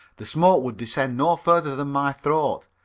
the smoke would descend no further than my throat.